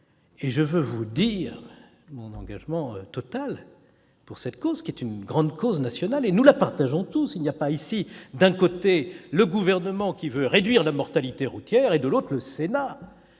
Je veux vous dire mon engagement total pour cette cause, qui est une grande cause nationale. Nous la partageons tous : il n'y a pas, d'un côté, le Gouvernement qui veut réduire la mortalité routière et, de l'autre, le Sénat